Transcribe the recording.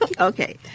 Okay